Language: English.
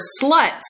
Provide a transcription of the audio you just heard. sluts